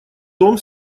дом